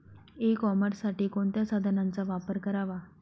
E कॉमर्ससाठी कोणत्या साधनांचा वापर करावा?